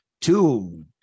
two